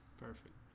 Perfect